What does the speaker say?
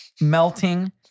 melting